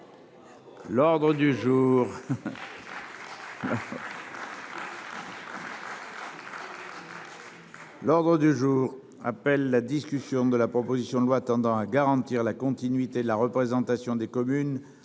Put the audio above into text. L'ordre du jour appelle la discussion de la proposition de loi tendant à garantir la continuité de la représentation des communes